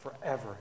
forever